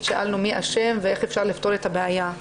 שאלנו מי אשם ואיך אפשר לפתור את הבעיה,